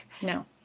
No